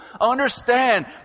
understand